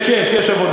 יש, יש, יש עבודה.